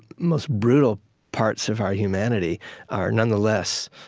most brutal parts of our humanity are nonetheless,